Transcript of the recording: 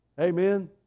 Amen